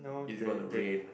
is it gonna rain